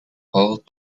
hold